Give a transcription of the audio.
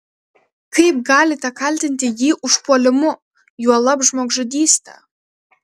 kaip galite kaltinti jį užpuolimu juolab žmogžudyste